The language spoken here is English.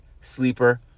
sleeper